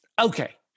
Okay